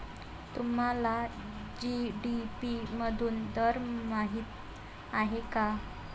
तुम्हाला जी.डी.पी मधून दर माहित आहे का?